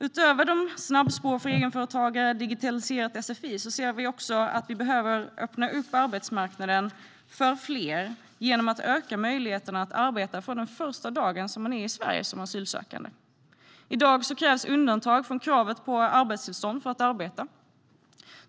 Utöver snabbspår för egenföretagare och digitaliserat sfi ser vi också att vi behöver öppna upp arbetsmarknaden för fler genom att öka möjligheterna att arbeta från den första dagen som man är i Sverige som asylsökande. I dag krävs undantag från kravet på arbetstillstånd för att arbeta.